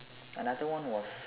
another one was